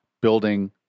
building